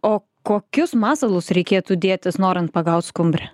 o kokius masalus reikėtų dėtis norint pagaut skumbrę